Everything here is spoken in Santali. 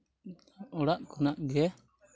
ᱚᱲᱟᱜ ᱠᱷᱚᱱᱟᱜ ᱜᱮ